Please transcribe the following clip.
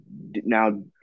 Now